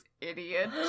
idiot